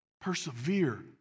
persevere